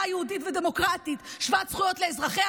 יהודית ודמוקרטית שוות זכויות לאזרחיה,